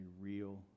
real